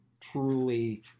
truly